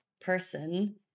person